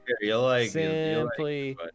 Simply